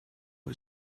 boy